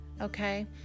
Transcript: okay